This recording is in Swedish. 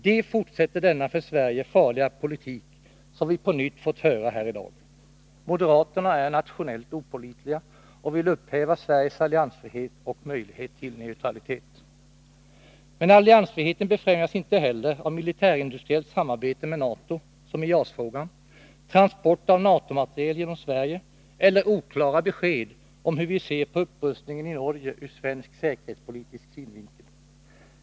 De fortsätter denna för Sverige farliga politik, som vi på nytt får höra här i dag. Moderaterna är nationellt opålitliga och vill upphäva Sveriges alliansfrihet och möjlighet till neutralitet. Men alliansfriheten främjas inte heller av militärindustriellt samarbete med NATO, som i JAS-frågan, transport av NATO-materiel genom Sverige eller oklara besked om hur vi ser på upprustningen i Norge ur svensk säkerhetspolitisk synvinkel.